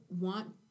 want